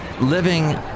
living